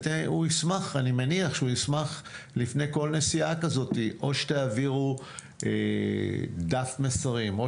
אני מניח שהוא ישמח לפני כל נסיעה כזאת או שתעבירו דף מסרים או